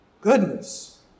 goodness